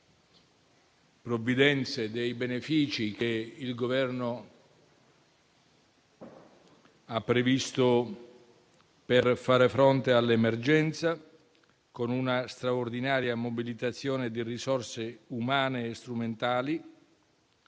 provvidenze e dei benefici che il Governo ha previsto per far fronte all'emergenza, con una straordinaria mobilitazione di risorse umane e strumentali;